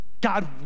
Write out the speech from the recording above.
God